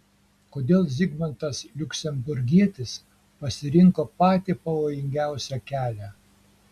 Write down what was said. kodėl zigmantas liuksemburgietis pasirinko patį pavojingiausią kelią